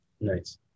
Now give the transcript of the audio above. nice